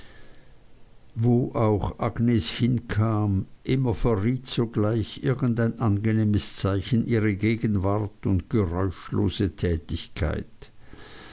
wo auch agnes hinkam immer verriet sogleich irgend ein angenehmes zeichen ihre gegenwart und geräuschlose tätigkeit